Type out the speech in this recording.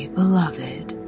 beloved